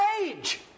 age